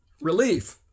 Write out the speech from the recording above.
relief